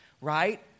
Right